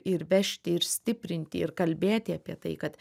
ir vežti ir stiprinti ir kalbėti apie tai kad